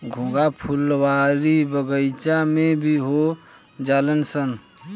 घोंघा फुलवारी बगइचा में भी हो जालनसन